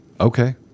Okay